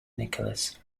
nicholas